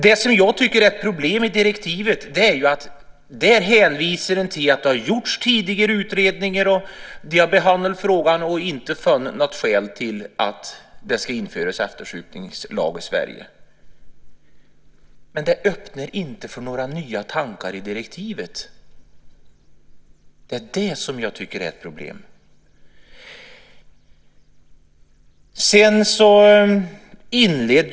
Det som jag tycker är problemet med direktivet är att man där hänvisar till att det har gjorts tidigare utredningar och att de har behandlat frågan och inte funnit något skäl för att det ska införas en eftersupningslag i Sverige. Men direktivet öppnar inte för några nya tankar. Det är det som jag tycker är ett problem.